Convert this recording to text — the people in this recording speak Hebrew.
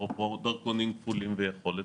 אפרופו דרכונים כפולים ויכולת,